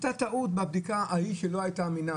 הייתה טעות בבדיקה ההיא שלא הייתה אמינה,